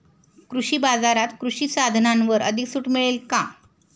कृषी बाजारात कृषी साधनांवर अधिक सूट मिळेल का?